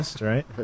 right